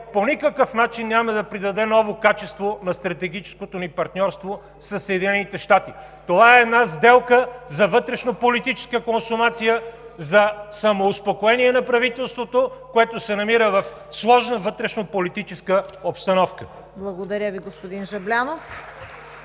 по никакъв начин няма да придаде ново качество на стратегическото ни партньорство със Съединените щати. Това е една сделка за вътрешнополитическа консумация, за самоуспокоение на правителството, което се намира в сложна вътрешнополитическа обстановка. (Ръкопляскания от